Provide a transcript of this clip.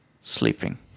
sleeping